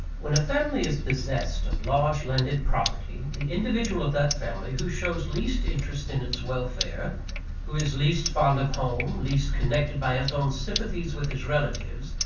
when a family is possessed of large landed property, the individual of that family who shows least interest in its welfare who is least fond of home, least connected by his own sympathies with his relatives,